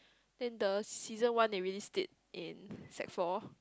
then the season one they release it in sec four